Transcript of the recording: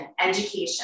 education